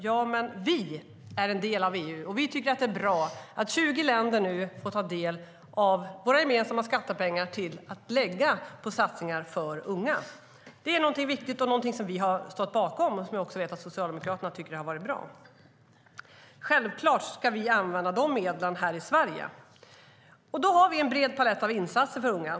Ja, men vi är en del av EU, och vi tycker att det är bra att 20 länder nu får ta del av våra gemensamma skattepengar till att lägga på satsningar för unga. Det är viktigt och någonting vi har stått bakom och som jag vet att också Socialdemokraterna tycker har varit bra. Självklart ska vi använda dessa medel här i Sverige, och då har vi en bred palett av insatser för unga.